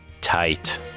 tight